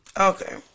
Okay